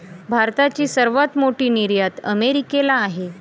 भारताची सर्वात मोठी निर्यात अमेरिकेला आहे